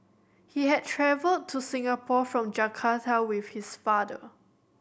he had travelled to Singapore from Jakarta with his father